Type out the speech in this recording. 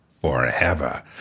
forever